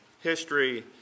history